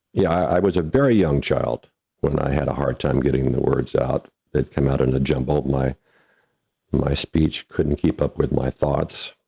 yeah, i was a very young child when i had a hard time getting the words out that came out in a jumble. my my speech couldn't keep up with my thoughts.